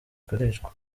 ikoreshwa